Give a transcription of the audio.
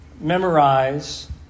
memorize